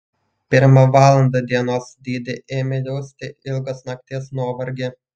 pirmą valandą dienos didi ėmė jausti ilgos nakties nuovargį